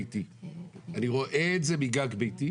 אני רואה את זה מגג ביתי.